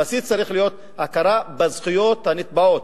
הבסיס צריך להיות הכרה בזכויות הנתבעות,